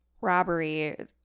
robbery